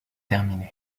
terminé